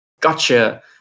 Gotcha